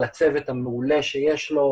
לצוות המעולה שיש לו,